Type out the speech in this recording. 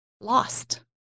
lost